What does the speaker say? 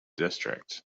district